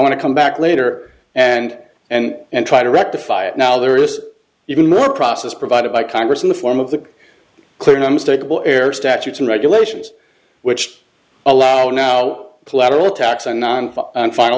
want to come back later and and and try to rectify it now there is even more process provided by congress in the form of the clear and unmistakable air statutes and regulations which allow now collateral attacks on non final